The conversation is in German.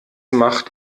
macht